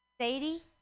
Sadie